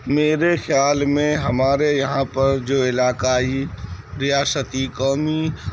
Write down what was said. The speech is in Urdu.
میرے خیال میں ہمارے یہاں پر جو علاقائی ریاستی قومی